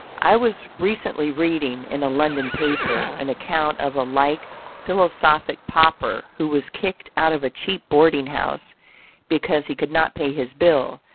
i was recently reading in a london paper an account of a like philosophic pauper who was kicked out of a cheap boarding-house because he could not pay his bill,